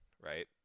right